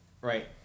right